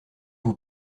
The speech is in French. vous